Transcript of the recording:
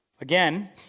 Again